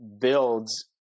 builds